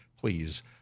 Please